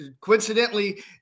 coincidentally